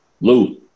Lou